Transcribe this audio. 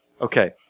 okay